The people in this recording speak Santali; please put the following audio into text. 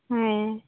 ᱦᱮᱸᱻ